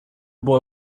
boy